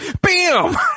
Bam